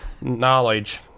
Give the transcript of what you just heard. knowledge